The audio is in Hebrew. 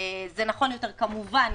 זה נכון יותר כמובן